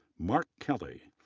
mark kelley,